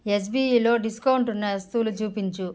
ఎస్బిఈలో discount ఉన్న వస్తువులు చూపించు